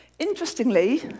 Interestingly